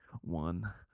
one